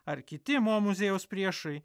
ar kiti mo muziejaus priešai